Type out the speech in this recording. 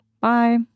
Bye